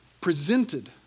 presented